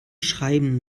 schreiben